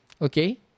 Okay